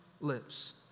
lips